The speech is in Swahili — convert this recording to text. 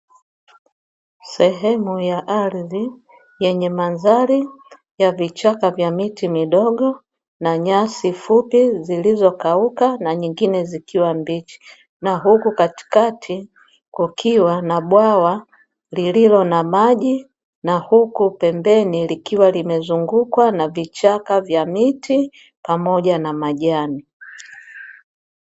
Sehemu ya ardhi yenye mandhari ya vichaka vya miti midogo na nyasi fupi zilizokauka na nyingine, zikiwa mbichi na huku katikati kukiwa na bwawa lililo na maji, na huku pembeni likiwa limezungukwa na vichaka vya miti pamoja na majani.